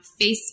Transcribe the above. Facebook